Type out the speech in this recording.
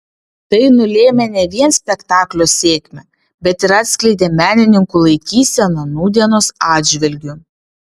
tai nulėmė ne vien spektaklio sėkmę bet ir atskleidė menininkų laikyseną nūdienos atžvilgiu